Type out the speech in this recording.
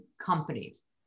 companies